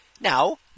Now